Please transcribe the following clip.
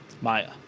Maya